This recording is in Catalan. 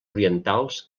orientals